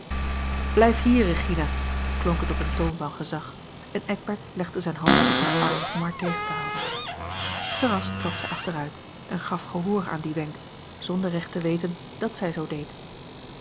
blijf hier regina klonk het op een toon van gezag en eckbert legde zijn hand op haar arm om haar tegen te houden verrast trad zij achteruit en gaf gehoor aan dien wenk zonder recht te weten dàt zij zoo deed